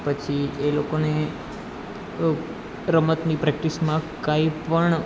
પછી એ લોકોને રમતની પ્રેક્ટિસમાં કાંઈ પણ